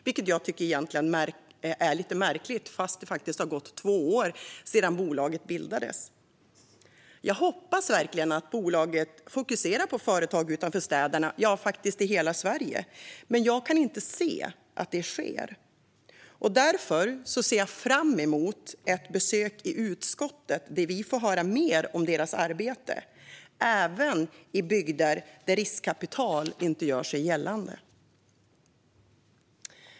Det tycker jag egentligen är lite märkligt, eftersom det har gått två år sedan bolaget bildades. Jag hoppas verkligen att bolaget fokuserar på företag utanför städerna och faktiskt i hela Sverige. Men jag kan inte se att det sker. Därför ser jag fram emot ett besök i utskottet där vi får höra mer om deras arbete, även i bygder där riskkapital inte gör sig gällande.